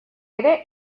ere